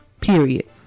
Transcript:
period